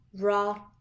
raw